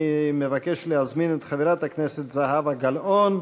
אני מבקש להזמין את חברת הכנסת זהבה גלאון,